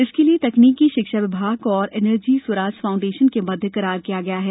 इसके लिए तकनीकी शिक्षा विभाग और एनर्जी स्वराज फाउंडेशन के मध्य करार किया गया है